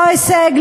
לא הישג,